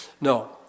No